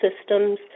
systems